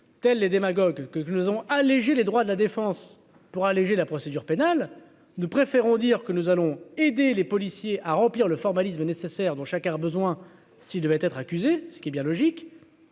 telle les démagogues quelques cloisons alléger les droits de la défense pour alléger la procédure pénale, nous préférons dire que nous allons aider les policiers à remplir le formalisme nécessaires dont chacun a besoin, s'il devait être accusé, ce qui est bien logique